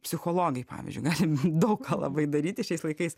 psichologai pavyzdžiui galim daug ką labai daryti šiais laikais